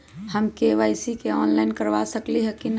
हम KYC online करवा सकली ह कि न?